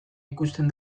ikusten